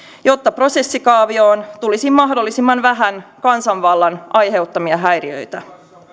jotta prosessikaavioon tulisi mahdollisimman vähän kansanvallan aiheuttamia häiriöitä